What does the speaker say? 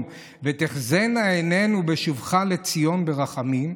"ותחזינה עינינו בשובך לציון ברחמים",